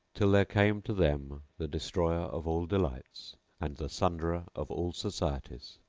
till there came to them the destroyer of all delights and the sunderer of all societies,